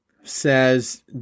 says